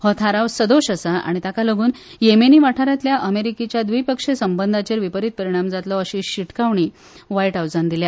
हो थाराव सदोष आसा आनी ताकालागुन येमेनी वाठारांतल्या अमेरिकेच्या द्विपक्षीय संबंधाचेर विपरीत परिणाम जातलो अशी शिटकावणी वायट हावसान दिल्या